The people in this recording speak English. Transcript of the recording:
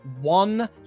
one